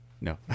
No